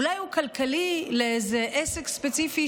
אולי הוא כלכלי לאיזה עסק ספציפי,